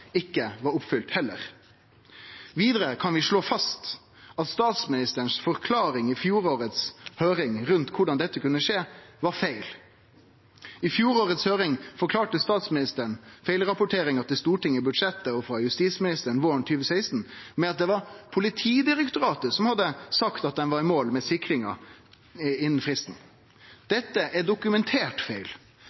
ikkje var oppfylt. Vidare kan vi slå fast at statsministeren si forklaring i fjorårets høyring om korleis dette kunne skje, var feil. I fjorårets høyring forklarte statsministeren feilrapporteringa til Stortinget i budsjettet – og frå justisministeren våren 2016 – med at det var Politidirektoratet som hadde sagt at ein var i mål med sikringa innan fristen. Dette er dokumentert feil.